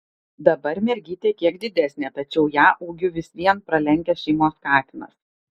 dabar mergytė kiek didesnė tačiau ją ūgiu vis vien pralenkia šeimos katinas